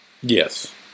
Yes